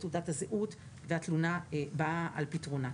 תעודת הזהות והתלונה באה על פתרונה.